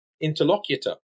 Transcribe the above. interlocutor